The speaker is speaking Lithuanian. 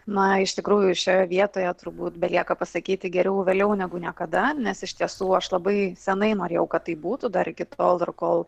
na iš tikrųjų šioje vietoje turbūt belieka pasakyti geriau vėliau negu niekada nes iš tiesų aš labai senai norėjau kad taip būtų dar iki tol kol